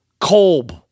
Kolb